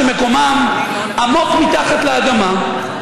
שמקומם עמוק מתחת לאדמה,